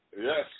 Yes